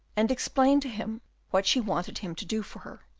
and explained to him what she wanted him to do for her.